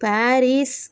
Paris